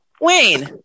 Wayne